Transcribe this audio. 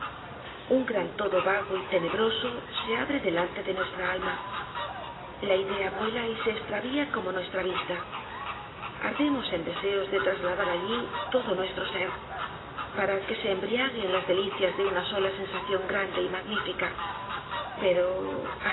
un gran todo vago y tenebroso se abre delante de nuestra alma la idea vuela y se estravía como nuestra vista ardemos en deseos de trasladar alli todo nuestro ser para que se embriague en las delicias de una sola sensación grande y magnifica pero